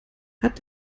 hat